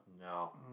no